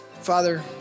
Father